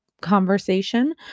conversation